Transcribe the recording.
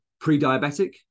pre-diabetic